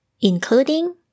including